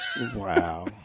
Wow